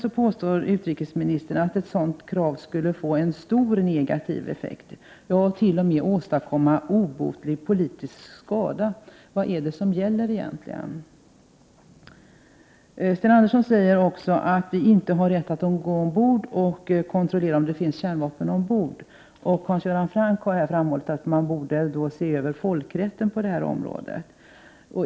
Sedan påstår utrikesministern att ett 29 maj 1989 sådant krav skulle få stor negativ effekt, ja t.o.m. åstadkomma obotlig politisk skada. Vad är det egentligen som gäller? Sten Andersson säger också att vi inte har rätt att gå ombord och kontrollera om det finns kärnvapen ombord. Hans Göran Franck har här framhållit att man därför borde se över folkrätten på det här området.